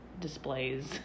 displays